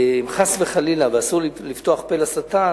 ואסור לפתוח פה לשטן,